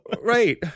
right